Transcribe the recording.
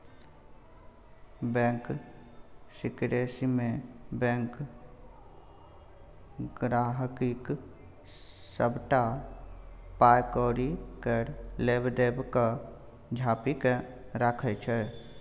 bank सिकरेसीमे bank गांहिकीक सबटा पाइ कौड़ी केर लेब देब केँ झांपि केँ राखय छै